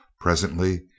Presently